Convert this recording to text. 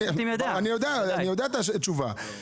אני יודע את התשובה.